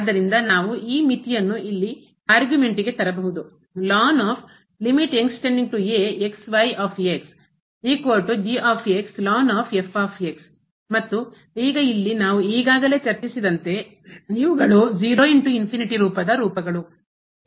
ಆದ್ದರಿಂದ ನಾವು ಈ ಮಿತಿಯನ್ನು ಇಲ್ಲಿ argument ತರಬಹುದು ಮತ್ತು ಈಗ ಇಲ್ಲಿ ನಾವು ಈಗಾಗಲೇ ಚರ್ಚಿಸಿದಂತೆ ಇವುಗಳು ರೂಪದ ರೂಪಗಳು